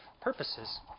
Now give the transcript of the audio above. purposes